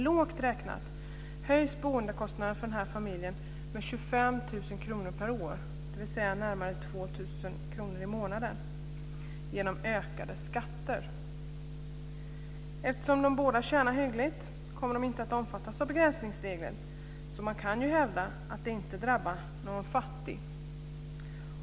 Lågt räknat höjs boendekostnaden för den här familjen med 25 000 kr per år, dvs. närmare 2 000 kr i månaden genom ökade skatter. Eftersom båda tjänar hyggligt kommer de inte att omfattas av begränsningsregeln, så man kan ju hävda att det inte drabbar någon fattig.